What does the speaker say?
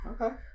Okay